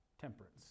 Temperance